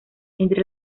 entre